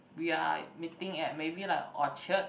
we are meeting at maybe like Orchard